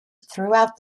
throughout